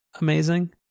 amazing